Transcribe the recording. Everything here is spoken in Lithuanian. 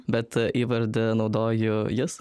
bet įvardį naudoju jis